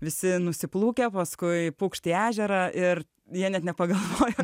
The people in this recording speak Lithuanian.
visi nusiplūkę paskui pūkšt į ežerą ir jie net nepagalvoja